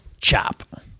chop